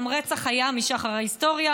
גם רצח היה משחר ההיסטוריה,